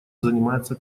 заниматься